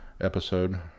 episode